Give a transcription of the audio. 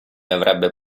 avrebbe